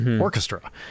orchestra